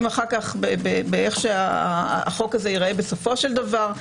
אחר כך באיך שהחוק הזה ייראה בסופו של דבר,